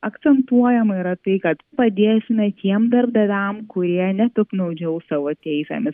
akcentuojama yra tai kad padėsime tiem darbdaviam kurie nepiktnaudžiaus savo teisėmis